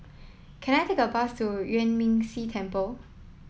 can I take a bus to Yuan Ming Si Temple